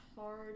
hard